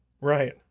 right